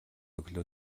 өглөө